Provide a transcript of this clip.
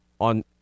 on